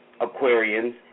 Aquarians